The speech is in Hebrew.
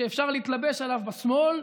שאפשר להתלבש עליו בשמאל,